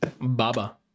Baba